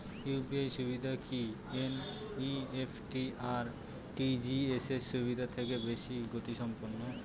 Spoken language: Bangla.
ইউ.পি.আই সুবিধা কি এন.ই.এফ.টি আর আর.টি.জি.এস সুবিধা থেকে বেশি গতিসম্পন্ন?